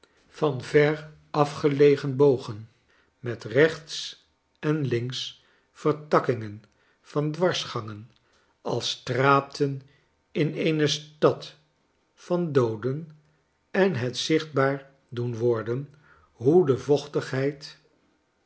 van verafgelegen bogen met rechts en links vertakkingen van dwarsgangen als straten in eene stad van dooden enhetzichtbaar doen worden hoe de vochtigheid